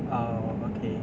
uh okay